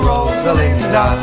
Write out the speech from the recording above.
Rosalinda